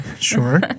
Sure